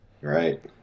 right